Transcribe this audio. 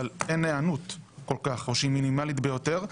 אבל אין היענות כל כך או שהיא מינימלית ביותר.